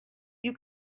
you